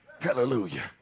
Hallelujah